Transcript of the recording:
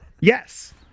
Yes